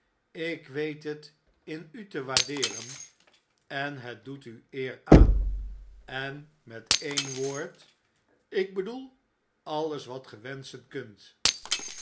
ik weet het in u te waardeeren en het doet u eer aan en met een woord ik bedoel alles wat ge wenschen kunt